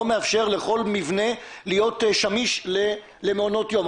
לאפשר לכל מבנה להיות שמיש למעונות יום.